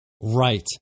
Right